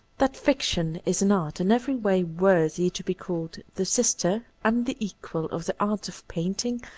that fiction is an art in every way worthy to be called the sister and the a qual of the arts of painting,